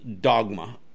dogma